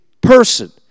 person